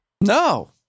No